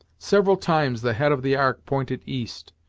several times the head of the ark pointed east,